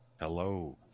Hello